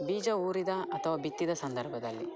ಬೀಜ ಊರಿದ ಅಥವಾ ಬಿತ್ತಿದ ಸಂದರ್ಭದಲ್ಲಿ